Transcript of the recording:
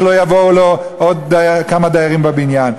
שלא יבואו לו עוד כמה דיירים לבניין.